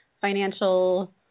financial